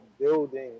building